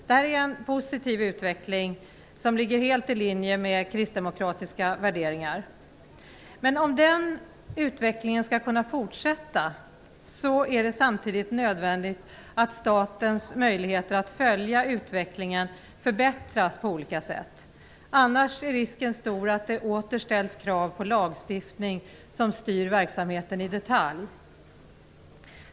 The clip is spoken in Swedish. Det är en positiv utveckling som ligger helt i linje med kristdemokratiska värderingar. Om den utvecklingen skall kunna fortsätta är det samtidigt nödvändigt att statens möjligheter att följa utvecklingen förbättras på olika sätt. Annars är risken stor att det åter ställs krav på lagstiftning som styr verksamheten i detalj.